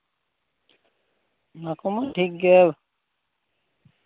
ᱚᱱᱟ ᱠᱚᱢᱟ ᱴᱷᱤᱠ ᱜᱮ